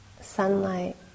sunlight